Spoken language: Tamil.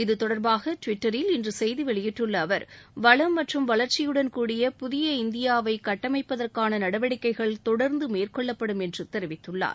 இத்தொடர்பாக டுவிட்டரில் இன்று செய்தி வெளியிட்டுள்ள அவர் வளம் மற்றம் வளர்ச்சியுடன் கூடிய புதிய இந்தியாவைக் கட்டமைப்பதற்கான நடவடிக்கைகள் தொடர்ந்து மேற்கொள்ளப்படும் என்று தெரிவித்துள்ளார்